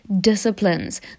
disciplines